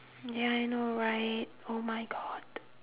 ya I know right oh my god